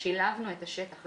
את השטח.